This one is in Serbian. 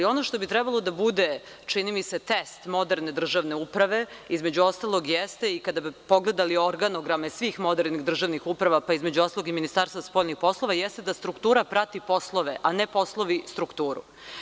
Ono što bi trebalo da bude, čini mi se, test moderne državne uprave, između ostalog, i kada bi pogledali organograme svih modernih državnih uprava, pa između ostalog i Ministarstva spoljnih poslova, jeste da struktura prati poslove, a ne poslovi strukturu.